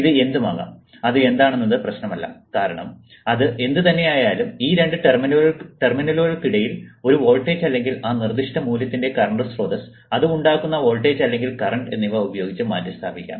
ഇത് എന്തുമാകാം അത് എന്താണെന്നത് പ്രശ്നമല്ല കാരണം അത് എന്തുതന്നെയായാലും ഈ രണ്ട് ടെർമിനലുകൾക്കിടയിൽ ഒരു വോൾട്ടേജ് അല്ലെങ്കിൽ ആ നിർദ്ദിഷ്ട മൂല്യത്തിന്റെ കറന്റ് സ്രോതസ്സ് അത് ഉണ്ടാക്കുന്ന വോൾട്ടേജ് അല്ലെങ്കിൽ കറന്റ് എന്നിവ ഉപയോഗിച്ച് മാറ്റിസ്ഥാപിക്കാം